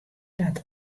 dat